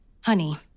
Honey